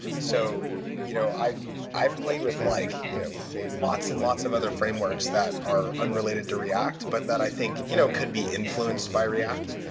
so you know i've played with like you know lots and lots of other frameworks that are unrelated to react, but that i think you know could be influenced by react.